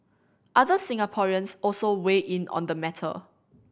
other Singaporeans also weigh in on the matter